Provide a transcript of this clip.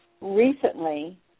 recently